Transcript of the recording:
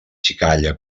xicalla